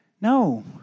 no